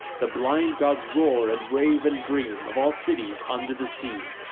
the blind gods roar and rave and dream of all cities under the sea,